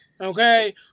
okay